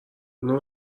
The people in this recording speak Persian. اونو